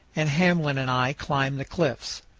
and hamblin and i climb the cliffs.